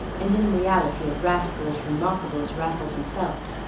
and in reality a rascal as remarkable as raffles himself.